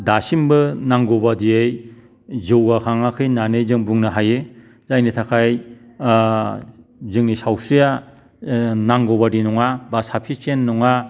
दासिमबो नांगौ बादियै जौगाखाङाखै होननानै जों बुंनो हायो जायनि थाखाय जोंनि सावस्रिया नांगौ बादि नङा बा साफिसेन्ट नङा